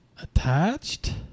Attached